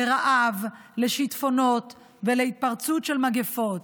לרעב, לשיטפונות ולהתפרצות של מגפות.